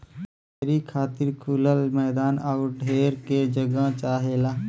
dairy खातिर खुलल मैदान आउर ढेर के जगह चाहला